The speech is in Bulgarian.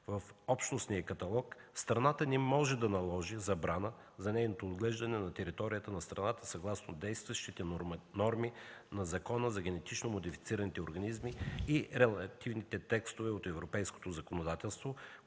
в Общностния каталог, страната ни може да наложи забрана за нейното отглеждане на територията на страната съгласно действащите норми на Закона за генетично модифицираните организми и релактивните текстове от европейското законодателство,